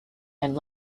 and